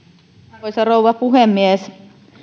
arvoisa rouva puhemies